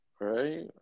Right